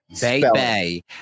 baby